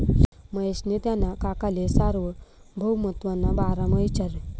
महेशनी त्याना काकाले सार्वभौमत्वना बारामा इचारं